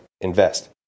invest